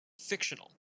fictional